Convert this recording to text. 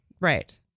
right